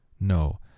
No